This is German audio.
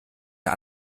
ihr